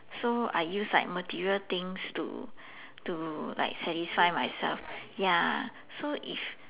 so I used like material things to to like satisfy myself ya so if